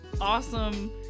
awesome